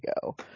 go